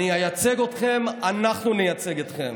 אני אייצג אתכם, אנחנו נייצג אתכם.